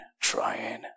trying